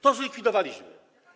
To zlikwidowaliśmy.